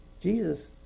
Jesus